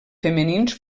femenins